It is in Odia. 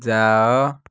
ଯାଅ